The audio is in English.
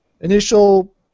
Initial